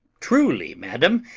truly, madam,